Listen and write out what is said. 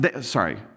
Sorry